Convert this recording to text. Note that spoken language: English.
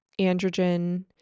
androgen